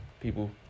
people